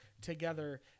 together